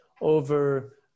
over